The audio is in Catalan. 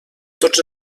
tots